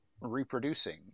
reproducing